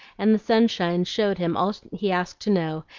and the sunshine showed him all he asked to know,